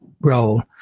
role